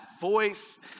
voice